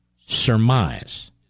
surmise